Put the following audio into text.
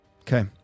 Okay